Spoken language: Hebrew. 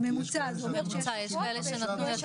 כי יש כאלה שנתנו 35%. זה הממוצע,